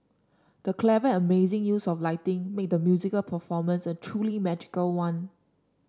the clever and amazing use of lighting made the musical performance a truly magical one